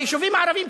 ביישובים הערביים,